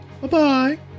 Bye-bye